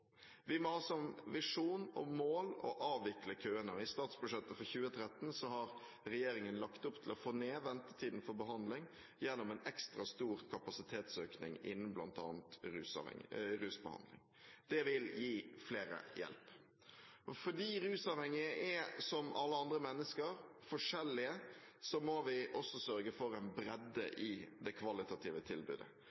Vi må ha som visjon og mål å avvikle køene. I statsbudsjettet for 2013 har regjeringen lagt opp til å få ned ventetiden for behandling gjennom en ekstra stor kapasitetsøkning innen bl.a. rusbehandling. Dette vil gi flere hjelp. Fordi rusavhengige er som alle andre mennesker: forskjellige, må vi også sørge for en bredde